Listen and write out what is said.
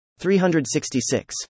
366